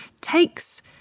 takes